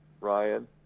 Ryan